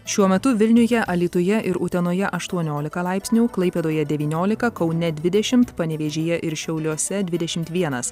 šiuo metu vilniuje alytuje ir utenoje aštuoniolika laipsnių klaipėdoje devynolika kaune dvidešimt panevėžyje ir šiauliuose dvidešimt vienas